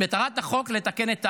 מטרת החוק לתקן את העוול.